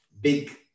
big